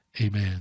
Amen